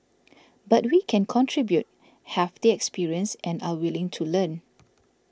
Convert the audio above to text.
but we can contribute have the experience and are willing to learn